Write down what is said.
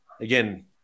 Again